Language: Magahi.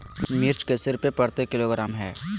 मिर्च कैसे रुपए प्रति किलोग्राम है?